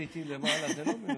להיות איתי למעלה זה לא מנודה.